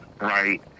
right